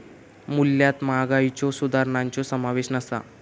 मूल्यात महागाईच्यो सुधारणांचो समावेश नसा